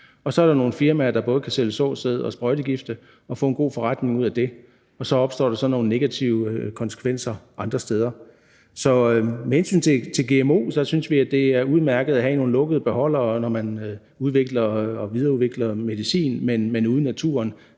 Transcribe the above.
og så er der nogle firmaer, der både kan sælge såsæd og sprøjtegifte og få en god forretning ud af det. Og så opstår der så nogle negative konsekvenser andre steder. Så med hensyn til gmo synes vi, at det er udmærket at have i nogle lukkede beholdere, når man udvikler og videreudvikler medicin, men vi er